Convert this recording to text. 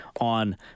on